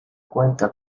cuenta